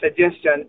suggestion